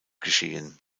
geschehen